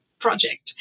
project